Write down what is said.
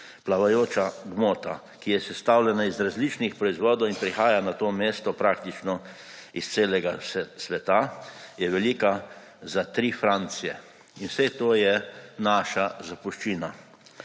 Plavajoča gmota, ki je sestavljena iz različnih proizvodov in prihaja na to mesto praktično iz celega sveta, je velika za tri Francije. In vse to je naša zapuščina.